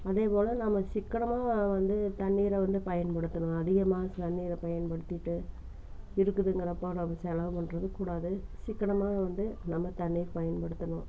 அதேபோல் நம்ம சிக்கனமாக வ வந்து தண்ணீரை வந்து பயன்படுத்தணும் அதிகமாக தண்ணீரை பயன்படுத்திட்டு இருக்குதுங்குறப்போ நம்ம செலவு பண்ணுறது கூடாது சிக்கனமாக வந்து நம்ம தண்ணீர் பயன்படுத்தணும்